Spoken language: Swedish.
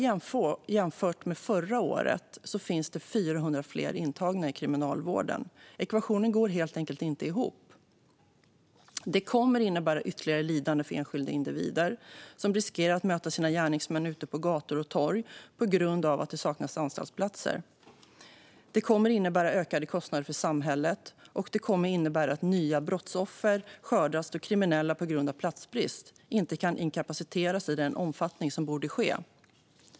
Jämfört med förra året finns det 400 fler intagna inom kriminalvården. Ekvationen går helt enkelt inte ihop. Detta kommer att innebära ytterligare lidande för enskilda individer, som riskerar att möta sina gärningsmän ute på gator och torg på grund av att det saknas anstaltsplatser. Det kommer att innebära ökade kostnader för samhället. Det kommer också att innebära att nya brottsoffer skördas, då kriminella på grund av platsbrist inte kan inkapaciteras i tillräcklig omfattning.